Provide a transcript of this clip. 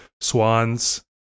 Swans